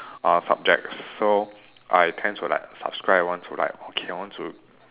uh subjects so I tend like subscribe want to like okay I want to